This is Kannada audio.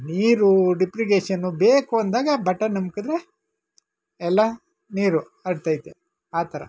ನೀರು ಡಿಪ್ರಿಗೇಷನ್ನು ಬೇಕು ಅಂದಾಗ ಬಟನ್ ಅಮ್ಕದ್ರೆ ಎಲ್ಲ ನೀರು ಬರ್ತೈತೆ ಆ ಥರ